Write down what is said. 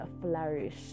flourish